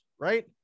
right